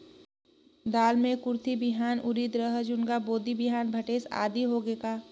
दाल मे कुरथी बिहान, उरीद, रहर, झुनगा, बोदी बिहान भटेस आदि होगे का?